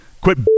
quit